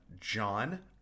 John